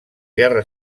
guerra